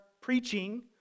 preaching